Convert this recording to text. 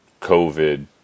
COVID